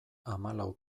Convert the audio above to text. hamalau